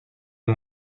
این